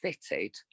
fitted